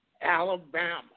Alabama